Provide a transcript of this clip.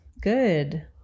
Good